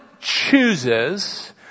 chooses